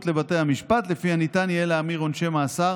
לבתי המשפט שלפיה ניתן יהיה להמיר עונשי מאסר